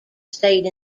state